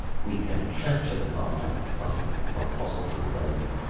we can capture the carbon dioxide from fossil fuel burning.